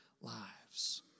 lives